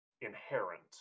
inherent